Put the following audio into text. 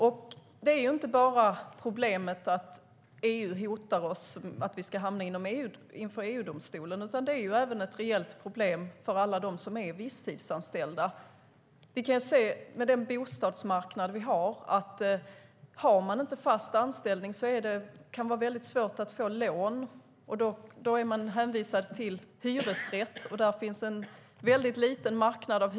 Problemet är inte bara att vi riskerar att hamna inför EU-domstolen, utan det är också ett reellt problem för alla dem som är visstidsanställda. Med tanke på den bostadsmarknad vi har ser vi att om man inte har fast anställning kan det vara svårt att få lån. Då är man hänvisad till hyresrätt, men marknaden för hyresrätter är liten.